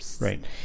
right